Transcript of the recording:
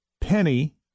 Penny